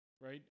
right